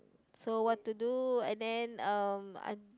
so what to do and then um I